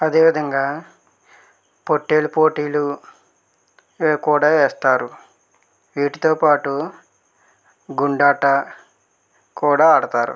అదే విధంగా పొట్టేళ్ళు పోటీలు ఇవి కూడా వేస్తారు వీటితో పాటు వీటితో పాటు గుండాట కూడా ఆడుతారు